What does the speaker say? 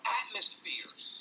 atmospheres